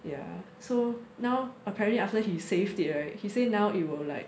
ya so now apparently after he saved it [right] he say now it will like